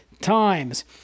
times